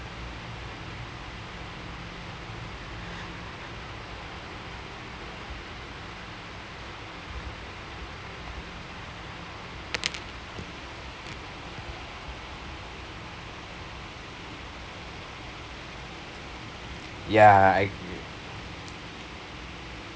ya I